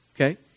Okay